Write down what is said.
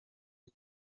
ich